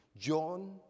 John